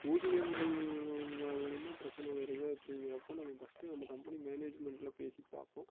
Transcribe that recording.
ஊதியங்கள் மூலியமாக பிரச்சனை வருது அப்படிங்கிறப்போ நம்ப ஃபர்ஸ்ட்டு நம்ப கம்பெனி மேனேஜ்மெண்ட்டில பேசி பார்ப்போம்